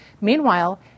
Meanwhile